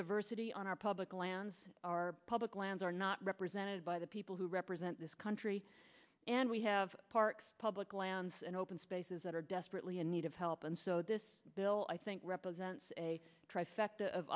diversity on our public lands our public lands are not represented by the people who represent this country and we have parks public lands and open spaces that are desperately in need of help and so this bill i think represents a trifecta of